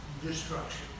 destruction